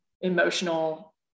emotional